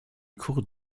cours